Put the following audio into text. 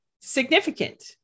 significant